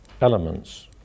elements